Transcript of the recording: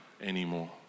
anymore